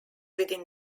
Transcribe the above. within